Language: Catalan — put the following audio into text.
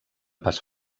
pas